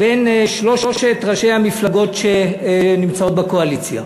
בין שלושת ראשי המפלגות שנמצאות בקואליציה.